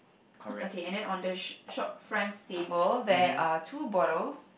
okay and then on the sh~ shop front table there are two bottles